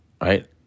right